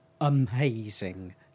amazing